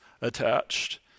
attached